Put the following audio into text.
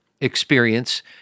experience